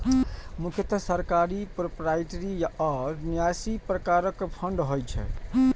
मुख्यतः सरकारी, प्रोपराइटरी आ न्यासी प्रकारक फंड होइ छै